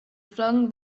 flung